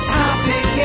topic